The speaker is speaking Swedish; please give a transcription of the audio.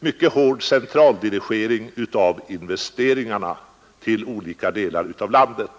mycket hård centraldirigering av investeringarna till olika delar av landet.